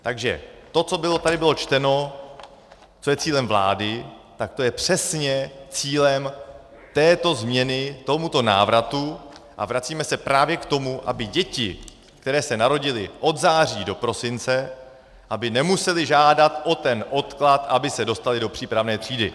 Takže to, co tady bylo čteno, co je cílem vlády, tak to je přesně cílem této změny, k tomuto návratu, a vracíme se právě k tomu, aby děti, které se narodily od září do prosince, nemusely žádat o odklad, aby se dostaly do přípravné třídy.